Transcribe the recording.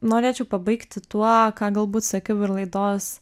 norėčiau pabaigti tuo ką galbūt sakiau ir laidos